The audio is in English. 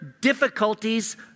difficulties